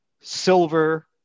silver